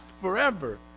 forever